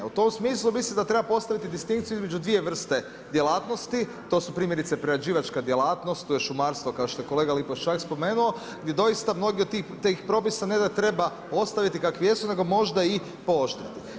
U tom smislu mislim da treba postaviti distinkciju između dvije vrste djelatnosti, to su primjerice prerađivačka djelatnost, to je šumarstvo kao što je kolega Lipošćak spomenuo gdje doista mnogi od tih propisa ne da treba ostaviti kakvi jesu nego možda i pooštriti.